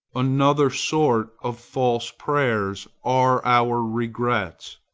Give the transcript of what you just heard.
another sort of false prayers are our regrets.